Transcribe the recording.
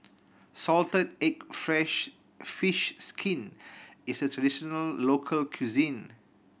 salted egg fresh fish skin is a traditional local cuisine